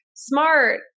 smart